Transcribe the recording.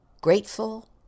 grateful